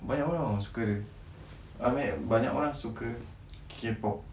banyak orang [tau] suka dia I mean banyak orang suka K pop